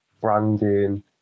branding